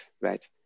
right